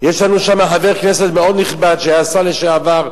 יש לנו שם חבר כנסת מאוד נכבד שהיה שר לשעבר,